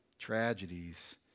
tragedies